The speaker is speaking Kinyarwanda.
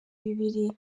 bibiri